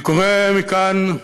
אני קורא מכאן לפלסטינים: